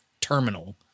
terminal